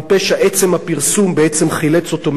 עצם הפרסום חילץ אותו מהעניין,